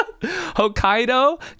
Hokkaido